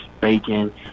bacon